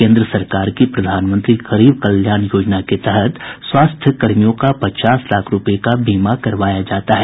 केन्द्र सरकार की प्रधानमंत्री गरीब कल्याण योजना के तहत स्वास्थ्य कर्मियों का पचास लाख रूपये का बीमा करवाया जाता है